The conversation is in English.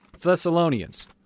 Thessalonians